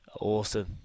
Awesome